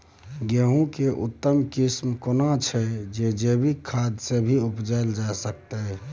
गेहूं के उत्तम किस्म केना छैय जे जैविक खाद से भी उपजायल जा सकते?